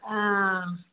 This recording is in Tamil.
ஆ